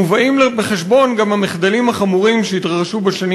מובאים בחשבון גם המחדלים החמורים שהתרחשו בשנים